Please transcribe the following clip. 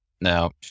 Now